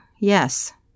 yes